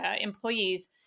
employees